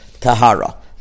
Tahara